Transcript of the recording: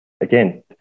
Again